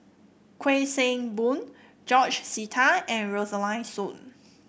Kuik Swee Boon George Sita and Rosaline Soon